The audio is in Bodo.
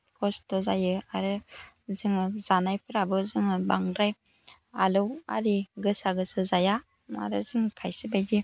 खस्थ' जायो आरो जोङो जानायफोराबो जोङो बांद्राय आलौ आरि गोसा गोसा जाया आरो जों खायसे बायदि